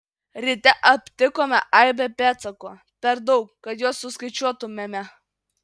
ryte aptikome aibę pėdsakų per daug kad juos suskaičiuotumėme